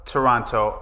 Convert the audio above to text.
Toronto